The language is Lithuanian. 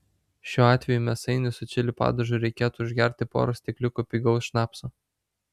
šiuo atveju mėsainį su čili padažu reikėtų užgerti pora stikliukų pigaus šnapso